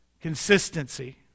Consistency